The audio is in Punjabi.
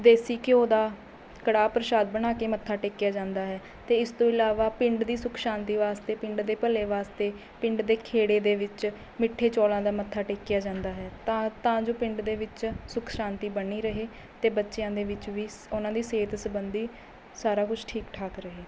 ਦੇਸੀ ਘਿਓ ਦਾ ਕੜਾਹ ਪ੍ਰਸ਼ਾਦ ਬਣਾ ਕੇ ਮੱਥਾ ਟੇਕਿਆ ਜਾਂਦਾ ਹੈ ਅਤੇ ਇਸ ਤੋਂ ਇਲਾਵਾ ਪਿੰਡ ਦੀ ਸੁੱਖ ਸ਼ਾਤੀ ਵਾਸਤੇ ਪਿੰਡ ਦੇ ਭਲੇ ਵਾਸਤੇ ਪਿੰਡ ਦੇ ਖੇੜੇ ਦੇ ਵਿੱਚ ਮਿੱਠੇ ਚੌਲਾਂ ਦਾ ਮੱਥਾ ਟੇਕਿਆ ਜਾਂਦਾ ਹੈ ਤਾਂ ਤਾਂ ਜੋ ਪਿੰਡ ਦੇ ਵਿੱਚ ਸੁੱਖ ਸ਼ਾਤੀ ਬਣੀ ਰਹੇ ਅਤੇ ਬੱਚਿਆਂ ਦੇ ਵਿੱਚ ਵੀ ਸ ਉਹਨਾਂ ਦੀ ਸਿਹਤ ਸੰਬੰਧੀ ਸਾਰਾ ਕੁਛ ਠੀਕ ਠਾਕ ਰਹੇ